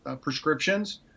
prescriptions